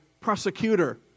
prosecutor